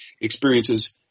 experiences